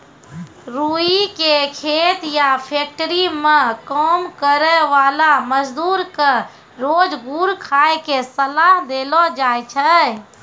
रूई के खेत या फैक्ट्री मं काम करै वाला मजदूर क रोज गुड़ खाय के सलाह देलो जाय छै